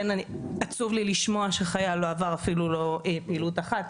עצוב לי לשמוע שחייל לא עבר אפילו לא פעילות אחת,